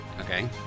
Okay